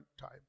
time